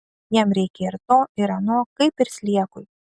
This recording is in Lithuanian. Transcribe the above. jam reikia ir to ir ano kaip ir sliekui